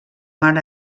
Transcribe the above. mar